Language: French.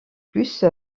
plus